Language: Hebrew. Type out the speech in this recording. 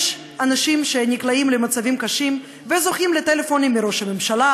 יש אנשים שנקלעים למצבים קשים וזוכים לטלפונים מראש הממשלה